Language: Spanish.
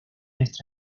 esta